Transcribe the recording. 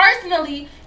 personally